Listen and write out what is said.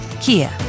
Kia